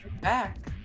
back